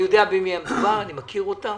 אני יודע במי מדובר, אני מכיר אותם.